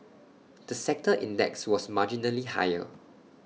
the sector index was marginally higher